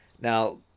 Now